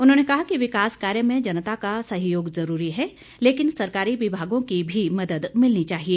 उन्होंने कहा कि विकास कार्य में जनता का सहयोग जरूरी है लेकिन सरकारी विभागों की भी मदद मिलनी चाहिए